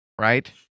right